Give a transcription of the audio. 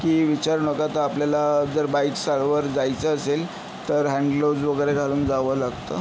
की विचारू नका तर आपल्याला जर बाईक्स चालवर जायचं असेल तर हँडग्लोव्ज वगैरे घालून जावं लागतं